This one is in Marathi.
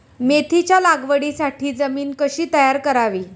मेथीच्या लागवडीसाठी जमीन कशी तयार करावी?